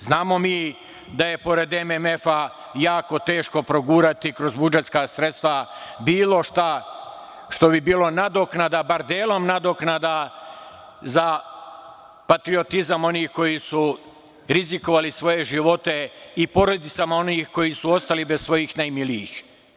Znamo mi da je pored MMF-a jako teško progurati kroz budžetska sredstva bilo šta što bi bilo nadoknada, bar delom nadoknada, za patriotizam onih koji su rizikovali svoje živote i porodicama onih koji su ostali bez svojih najmilijih.